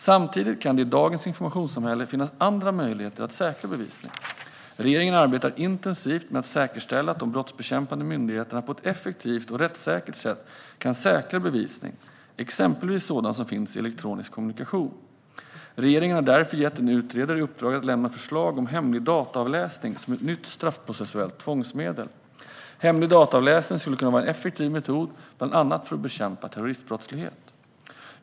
Samtidigt kan det i dagens informationssamhälle finnas andra möjligheter att säkra bevisning. Regeringen arbetar intensivt med att säkerställa att de brottsbekämpande myndigheterna på ett effektivt och rättssäkert sätt kan säkra bevisning, exempelvis sådan som finns i elektronisk kommunikation. Regeringen har därför gett en utredare i uppdrag att lämna förslag om hemlig dataavläsning som ett nytt straffprocessuellt tvångsmedel. Hemlig dataavläsning skulle kunna vara en effektiv metod bland annat för att bekämpa terroristbrottslighet.